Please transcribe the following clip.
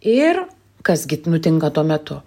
ir kas gi nutinka tuo metu